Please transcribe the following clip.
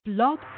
Blog